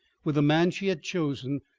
with the man she had chosen,